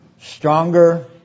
stronger